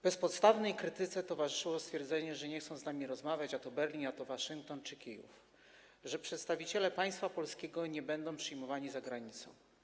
Bezpodstawnej krytyce towarzyszyło stwierdzenie, że nie chcą z nami rozmawiać a to Berlin, a to Waszyngton czy Kijów, że przedstawiciele państwa polskiego nie będą przyjmowani za granicą.